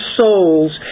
souls